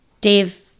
dave